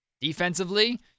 Defensively